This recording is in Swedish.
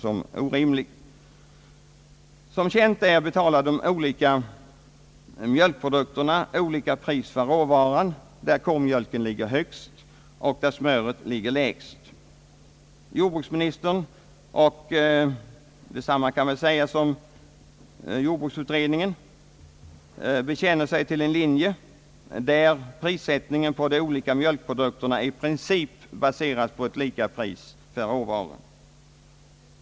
Som känt är gäller för de olika mjölkprodukterna olika pris för råvaran där k-mjölken ligger högst och där smöret ligger lägst. Jordbruksministern — och detsamma kan väl sägas om jordbruksutredningen — bekänner sig till en linje där prissättningen på de olika mjölkprodukterna i princip baseras på ett lika pris för råvaran.